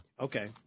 Okay